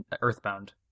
earthbound